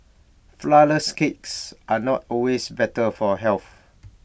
Flourless Cakes are not always better for health